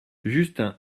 justin